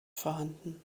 vorhanden